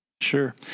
sure